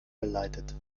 geleitet